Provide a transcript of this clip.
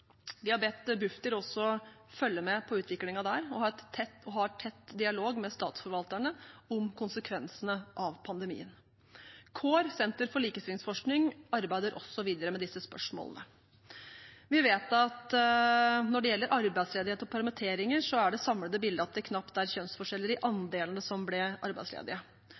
Vi har bedt Bufdir også følge med på utviklingen der og ha en tett og har tett dialog med statsforvalterne om konsekvensene av pandemien. CORE, Senter for likestillingsforskning, arbeider videre med disse spørsmålene. Vi vet at når det gjelder arbeidsledighet og permitteringer, er det samlede bildet at det knapt er kjønnsforskjeller i andelen som ble arbeidsledige.